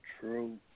True